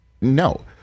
no